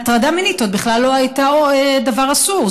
הטרדה מינית עוד בכלל לא הייתה דבר אסור,